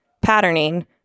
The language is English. patterning